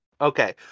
Okay